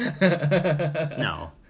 No